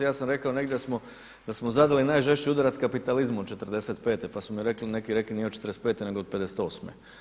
Ja sam rekao negdje da smo zadali najžešći udarac kapitalizmu od '45. pa su mi rekli neki nije od '45. nego od '58.